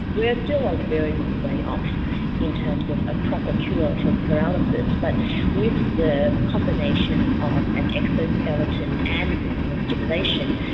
we are still a very long way off in terms of a proper cure for paralysis, but with the combination of an exoskeleton and with neuro-stimulation,